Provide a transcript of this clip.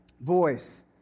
voice